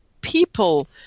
people